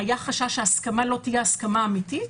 היה חשש שהיא לא תהיה הסכמה אמיתית,